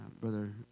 Brother